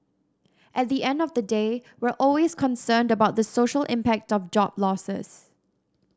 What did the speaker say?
at the end of the day we're always concerned about the social impact of job losses